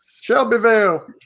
Shelbyville